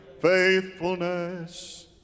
faithfulness